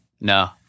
No